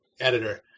editor